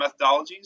methodologies